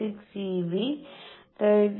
6 eV 13